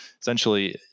essentially